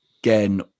again